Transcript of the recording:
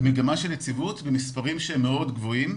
מגמה של יציבות במספרים שהם מאוד גבוהים,